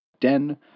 den